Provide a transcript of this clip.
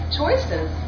choices